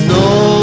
no